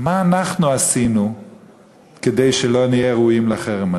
מה אנחנו עשינו כדי שלא נהיה ראויים לחרם הזה.